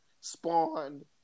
spawned